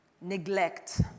Neglect